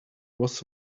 was